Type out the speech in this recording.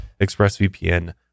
ExpressVPN